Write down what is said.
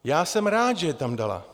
Já jsem rád, že je tam dala.